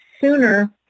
sooner